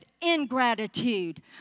ingratitude